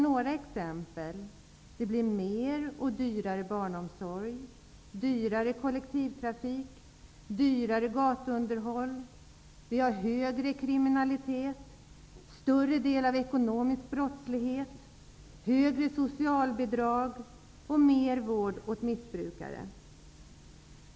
Några exempel är: Det blir mer och dyrare barnomsorg, dyrare kollektivtrafik, dyrare gatuunderhåll, högre kriminalitet, större andel ekonomisk brottslighet, mera socialbidrag betalas ut och mer omfattande vård av missbrukare.